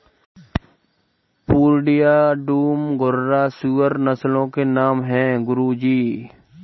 पूर्णिया, डूम, घुर्राह सूअर नस्लों के नाम है गुरु जी